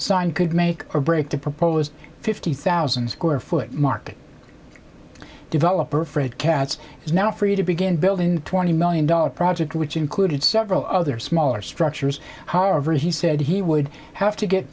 sign could make or break the proposed fifty thousand square foot market developer fred katz is now free to begin building the twenty million dollar project which included several other smaller structures however he said he would have to get